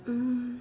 mm